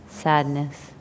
Sadness